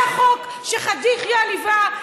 זה חוק שחאג' יחיא ליווה,